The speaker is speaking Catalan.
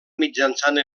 mitjançant